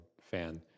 fan